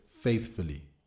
faithfully